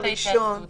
בסעיף הראשון